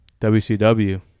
WCW